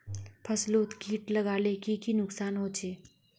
फसलोत किट लगाले की की नुकसान होचए?